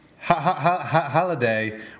Holiday